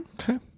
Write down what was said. Okay